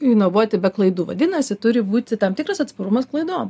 inovuoti be klaidų vadinasi turi būti tam tikras atsparumas klaidom